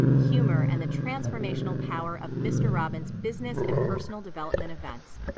humor, and the transformational power of mr. robbins' business and personal development events.